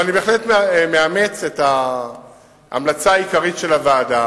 אבל אני בהחלט מאמץ את ההמלצה העיקרית של הוועדה,